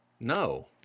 No